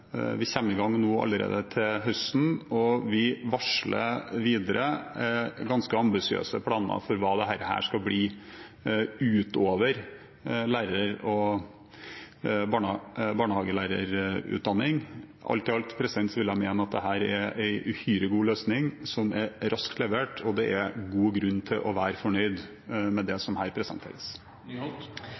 Vi kommer i gang allerede til høsten, og vi varsler videre ganske ambisiøse planer for hva dette skal bli utover lærer- og barnehagelærerutdanning. Alt i alt vil jeg mene at dette er en uhyre god løsning som er raskt levert, og det er god grunn til å være fornøyd med det som presenteres her.